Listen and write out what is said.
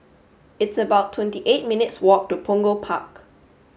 it's about twenty eight minutes' walk to Punggol Park